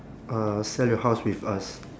uh sell your house with us